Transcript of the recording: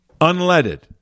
unleaded